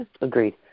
Agreed